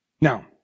Now